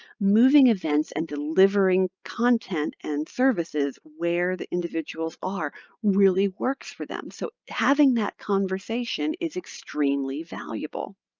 moving events and delivering content and services where the individuals are really works for them. so having that conversation is extremely valuable.